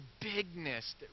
bigness